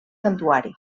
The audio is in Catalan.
santuari